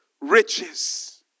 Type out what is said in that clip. riches